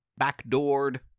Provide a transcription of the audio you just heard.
backdoored